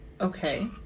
Okay